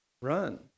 Run